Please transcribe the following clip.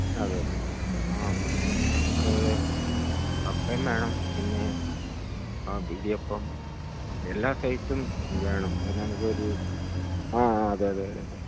അത് തന്നെ ഞങ്ങൾക്ക് കപ്പയും വേണം പിന്നെ ഇടിയപ്പം എല്ലാ സയിസും വേണം അത് നമുക്കൊരു ആ അതെ അതെ അതെ